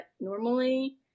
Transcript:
Normally